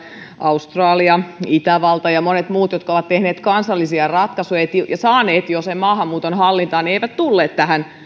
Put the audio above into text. australia itävalta ja monet muut jotka ovat tehneet kansallisia ratkaisuja ja saaneet jo sen maahanmuuton hallintaan eivät tulleet tähän